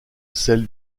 celle